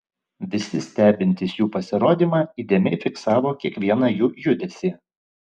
visi stebintys jų pasirodymą įdėmiai fiksavo kiekvieną jų judesį